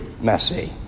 messy